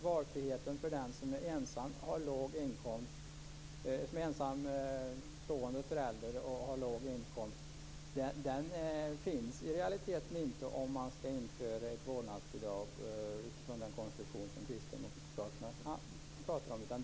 Valfriheten för den som är ensamstående förälder och har låg inkomst finns i realiteten inte om man inför ett vårdnadsbidrag med den konstruktion som Kristdemokraterna pratar om.